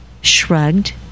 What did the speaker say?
shrugged